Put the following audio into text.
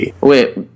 Wait